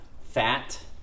fat